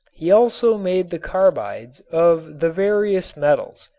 he also made the carbides of the various metals,